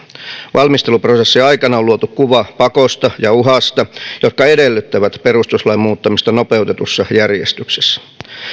valmisteluprosessin aikana on luotu kuva pakosta ja uhasta jotka edellyttävät perustuslain muuttamista nopeutetussa järjestyksessä